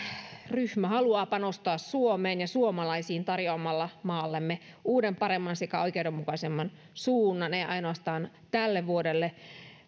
ryhmä haluaa panostaa suomeen ja suomalaisiin tarjoamalla maallemme uuden paremman sekä oikeudenmukaisemman suunnan ei ainoastaan tälle vuodelle